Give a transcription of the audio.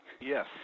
Yes